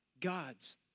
God's